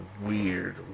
weird